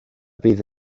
bydd